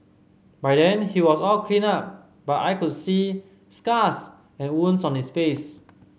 by then he was all cleaned up but I could see scars and wounds on his face